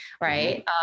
right